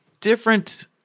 different